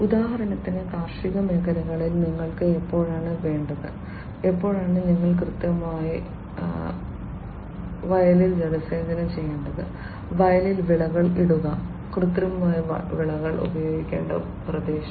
ഉദാഹരണത്തിന് കാർഷിക മേഖലയിൽ നിങ്ങൾക്ക് എപ്പോഴാണ് വേണ്ടത് എപ്പോഴാണ് നിങ്ങൾക്ക് കൃത്യമായി വയലിൽ ജലസേചനം ചെയ്യേണ്ടത് വയലിൽ വളങ്ങൾ ഇടുക കൃത്യമായി വളങ്ങൾ പ്രയോഗിക്കേണ്ട പ്രദേശം